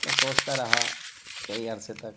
میں سوچتا رہا کئی عرصے تک